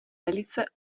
velice